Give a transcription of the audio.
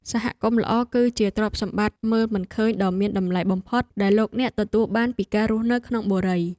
សហគមន៍ល្អគឺជាទ្រព្យសម្បត្តិមើលមិនឃើញដ៏មានតម្លៃបំផុតដែលលោកអ្នកទទួលបានពីការរស់នៅក្នុងបុរី។